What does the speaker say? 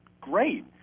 great